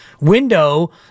window